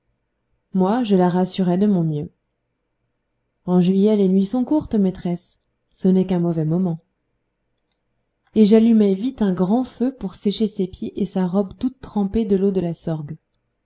moi je la rassurais de mon mieux en juillet les nuits sont courtes maîtresse ce n'est qu'un mauvais moment et j'allumai vite un grand feu pour sécher ses pieds et sa robe toute trempée de l'eau de la sorgue